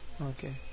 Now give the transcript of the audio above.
Okay